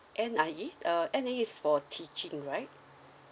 N_I_E uh N_I_E is for teaching right